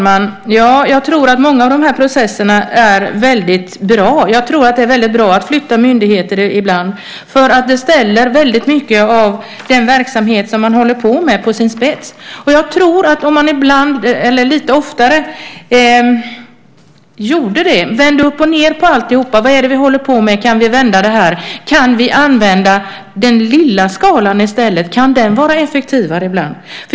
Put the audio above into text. Fru talman! Jag tror att många av de här processerna är väldigt bra. Jag tror att det är bra att flytta myndigheter ibland. Den verksamhet man håller på med ställs då på sin spets. Man kanske lite oftare skulle vända upp och ned på allt och fråga sig: Vad håller vi på med? Kan vi vända det här? Kan vi använda den lilla skalan i stället? Kan den vara effektivare ibland?